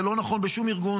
זה לא נכון בשום ארגון,